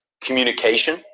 Communication